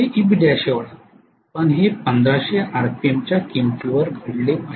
04200−IlfEbl पण हे 1500 आरपीएमच्या किंमतीवर घडले पाहिजे